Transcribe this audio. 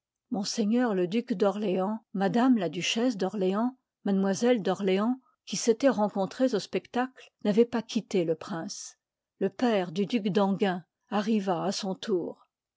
famille m le duc d'orléans m la duchesse d'orléans m d'orléans qui s'étoient rencontrés au spectacle n'avoient pas quitté le prince le père du duc d'enghien arriva à son tour